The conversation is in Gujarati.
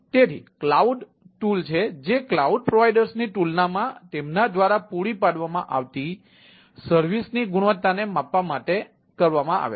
તેથી કલાઉડ ટૂલ છે જે ક્લાઉડ પ્રોવાઇડર્સની તુલનામાં તેમના દ્વારા પૂરી પાડવામાં આવતી સર્વિસની ગુણવત્તાને માપવા માટે કરવામાં આવે છે